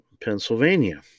Pennsylvania